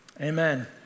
amen